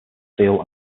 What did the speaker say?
steel